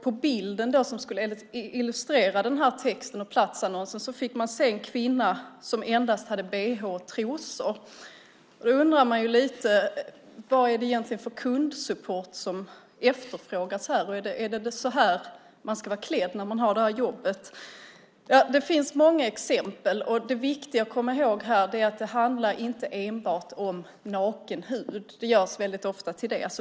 På bilden som skulle illustrera texten på platsannonsen fick man se en kvinna som endast hade bh och trosor på sig. Då undrar man lite vad det egentligen är för kundsupport som efterfrågas. Är det så man ska vara klädd när man har det jobbet? Det finns många exempel. Det viktiga att komma ihåg är att det inte enbart handlar om naken hud. Det görs ofta till det.